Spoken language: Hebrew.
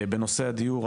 בנושא הדיור,